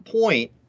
point